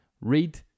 read